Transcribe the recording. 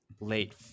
late